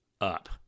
up